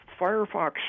Firefox